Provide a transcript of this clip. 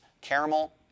caramel